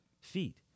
Feet